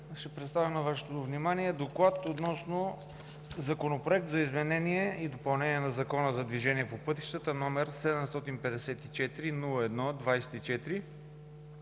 Ще представя на вашето внимание: „ДОКЛАД относно Законопроект за изменение и допълнение на Закона за движението по пътищата, № 754-01-24,